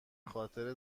خاطر